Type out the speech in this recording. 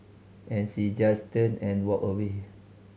and she just turned and walked away